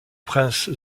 prince